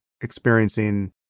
experiencing